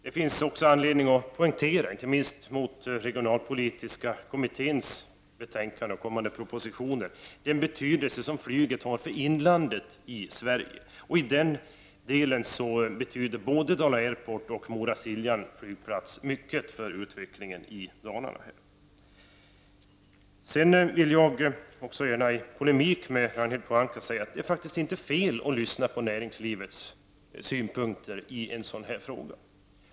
Det finns också anledning att poängtera, inte minst mot den regionalpolitiska kommitténs betänkande och kommande propositioner, den betydelse som flyget har för Sveriges inland. I detta avseende betyder både Dala Airport och Mora-Siljan flygplats mycket för utvecklingen i Dalarna. Sedan vill jag gärna i polemik med Ragnhild Pohanka säga att det faktiskt inte är fel att lyssna på näringslivets synpunkter i en sådan här fråga.